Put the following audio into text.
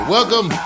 Welcome